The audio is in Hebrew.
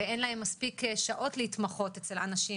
ואין להם מספיק שעות להתמחות אצל אנשים,